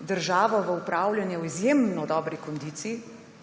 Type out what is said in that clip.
državo v upravljanje v izjemno dobri kondiciji,